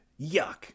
Yuck